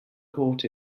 caught